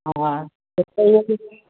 ହଁ ସେତେବେଳେ